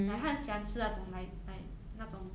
like 他很喜欢吃那种 like 那种